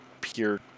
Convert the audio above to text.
pure